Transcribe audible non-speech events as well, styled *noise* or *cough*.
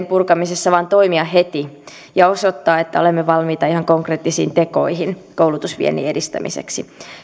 *unintelligible* purkamisessa vaan toimia heti ja osoittaa että olemme valmiita ihan konkreettisiin tekoihin koulutusviennin edistämiseksi